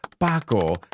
Paco